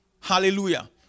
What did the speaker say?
Hallelujah